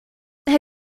have